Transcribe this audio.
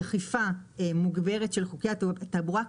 אכיפה מוגברת של חוקי התעבורה.